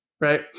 right